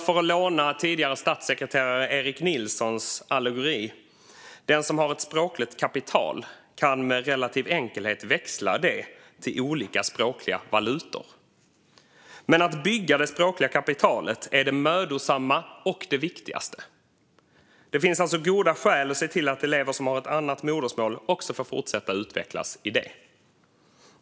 För att låna tidigare statssekreterare Erik Nilssons allegori: Den som har ett språkligt kapital kan med relativ enkelhet växla det till olika språkliga valutor. Att bygga det språkliga kapitalet är mödosamt och det viktigaste. Det finns alltså goda skäl att se till att elever som har ett annat modersmål får fortsätta utvecklas i det.